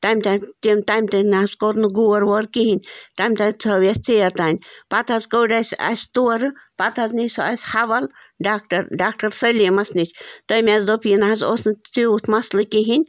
تَمہِ تَمہِ تہِ نَہ حظ کوٚر نہٕ گور وُور کِہیٖنۍ تَمہِ تہِ حظ تھٲوِ أسۍ ژیر تانۍ پَتہِ حظ کٔڈ اسہِ اسہِ تورٕ پتہٕ حظ نی سۄ اسہِ حول ڈاکٹر ڈاکٹر سٔلیٖمس نِش تٔمۍ حظ دوٚپ یہِ نَہ حظ اوس نہٕ تیٛوٗت مسلہِ کِہیٖنۍ